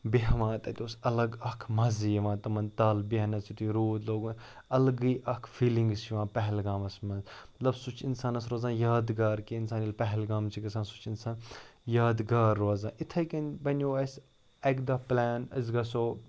بیٚہوان تَتہِ اوس اَلگ اَکھ مَزٕ یِوان تِمَن تَل بیٚہنَس یُتھُے روٗد لوگُن اَلگٕے اَکھ فیٖلِنٛگ چھِ یِوان پہلگامَس منٛز مطلب سُہ چھُ اِنسانَس روزان یادگار کہِ اِنسان ییٚلہِ پہلگام چھِ گژھان سُہ چھِ اِنسان یادگار روزان یِتھَے کَنۍ بَنیو اَسہِ اَکہِ دۄہ پٕلین أسۍ گژھو